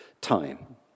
time